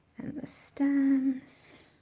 and the stems.